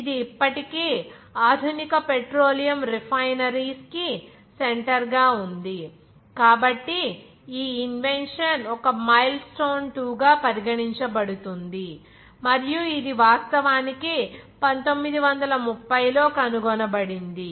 ఇది ఇప్పటికీ ఆధునిక పెట్రోలియం రిఫైనరీస్ కి సెంటర్ గా ఉంది కాబట్టి ఈ ఇన్వెన్షన్ ఒక మైల్ స్టోన్ 2 గా పరిగణించబడుతుంది మరియు ఇది వాస్తవానికి 1930 లో కనుగొనబడింది